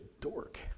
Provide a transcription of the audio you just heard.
dork